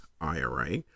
IRA